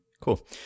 Cool